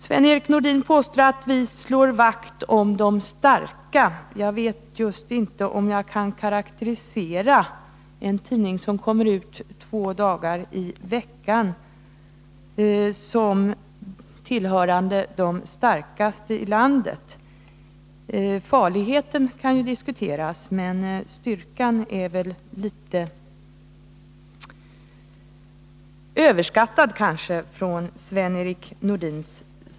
Sven-Erik Nordin påstår att vi slår vakt om de starka. Jag vet just inte om jag kan karakterisera en tidning som kommer ut två dagar i veckan som tillhörande de starkaste i landet. Farligheten kan ju diskuteras, men styrkan är väl litet överskattad av Sven-Erik Nordin.